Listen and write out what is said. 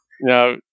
Now